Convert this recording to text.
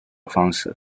方式